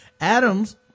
Adams